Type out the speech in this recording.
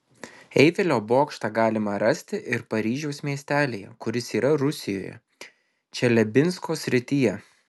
eifelio bokštą galima rasti ir paryžiaus miestelyje kuris yra rusijoje čeliabinsko srityje